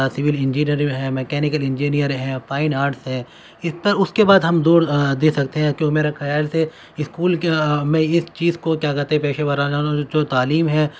civil engineering ہے mechanical engineer ہے fine arts ہے اس پر اس کے بعد ہم زور دے سکتے ہیں کیوں میرا خیال سے اسکول کا میں اس چیز کو کیا کہتے ہیں پیشے وارانہ جو تعلیم ہے